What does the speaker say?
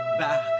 back